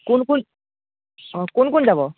কোন কোন অঁ কোন কোন যাব